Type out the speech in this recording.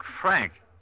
Frank